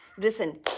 Listen